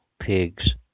pigs